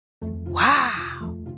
Wow